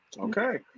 Okay